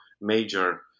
major